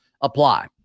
apply